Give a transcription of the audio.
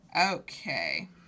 Okay